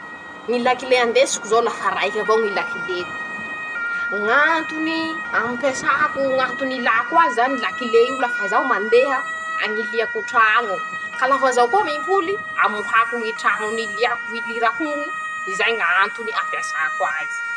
Ñy lakilé andesiko zao lafa raiky avao ñy lakiléko, ñ'antony ampiasako ñ'anton'ilako azy zany lakilé io lafa zao mandeha hañiliako traño, ka lafa zao koa mimpoly hamohako ñy traño niliako hilirakoñy, zay ñy antony ampiasako azy.